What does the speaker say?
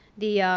the